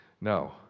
no